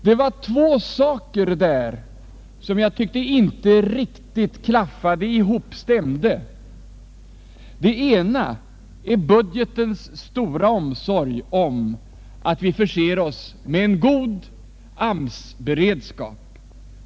Det var två saker där som jag tyckte inte riktigt stämde. Det ena var budgetens stora omsorg om att vi förser oss med en god AMS-beredskap.